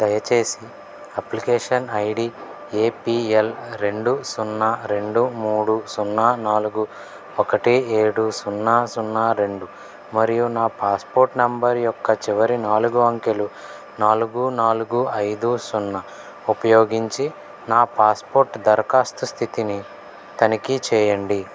దయచేసి application ID APL రెండు సున్నా రెండు మూడు సున్నా నాలుగు ఒకటి ఏడు సున్నా సున్నా రెండు మరియు నా పాస్పోర్ట్ నంబర్ యొక్క చివరి నాలుగు అంకెలు నాలుగు నాలుగు ఐదు సున్నా ఉపయోగించి నా పాస్పోర్ట్ దరఖాస్తు స్థితిని తనిఖీ చెయ్యండి